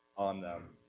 on them.